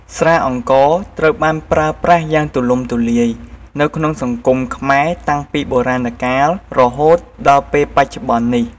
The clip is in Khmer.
ស្រាអង្ករត្រូវបានប្រើប្រាស់យ៉ាងទូលំទូលាយនៅក្នុងសង្គមខ្មែរតាំងពីបុរាណរកាលរហូតមកដល់ពេលបច្ចុប្បន្ននេះ។